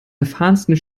erfahrensten